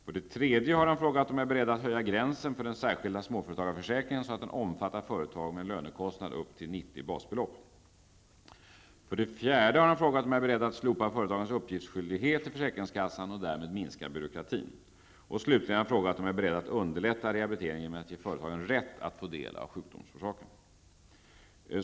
För det tredje har han frågat om jag är beredd att höja gränsen för den särskilda småföretagarförsäkringen, så att den omfattar företag med en lönekostnad upp till 90 basbelopp. För det fjärde har han frågat om jag är beredd att slopa företagens uppgiftsskyldighet till försäkringskassan och därmed minska byråkratin. Slutligen har han frågat om jag är beredd att underlätta rehabiliteringen genom att ge företagen rätt att få del av sjukdomsorsaken.